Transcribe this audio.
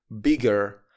bigger